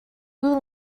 will